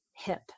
hip